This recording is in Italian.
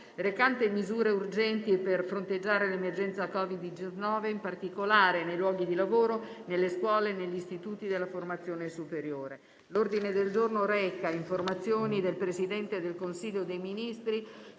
recante misure urgenti per fronteggiare l'emergenza COVID-19, in particolare nei luoghi di lavoro, nelle scuole e negli istituti della formazione superiore» (2542). **Informativa del Presidente del Consiglio dei ministri